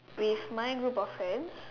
with my group of friends